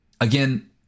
Again